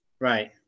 Right